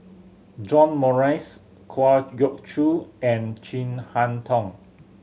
John Morrice Kwa Geok Choo and Chin Harn Tong